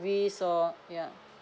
or yeah